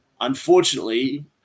Unfortunately